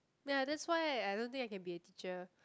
ya that's why I don't think I can be a teacher